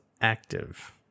active